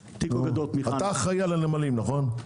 אתה אחראי על הנמלים, נכון?